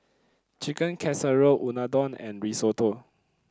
Chicken Casserole Unadon and Risotto